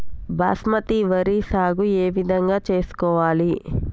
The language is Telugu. బాస్మతి వరి సాగు ఏ విధంగా చేసుకోవాలి?